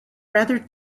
rather